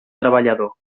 treballador